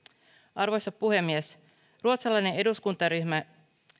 arvoisa puhemies ruotsalainen eduskuntaryhmä